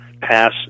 pass